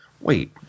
wait